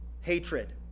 hatred